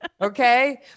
okay